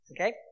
Okay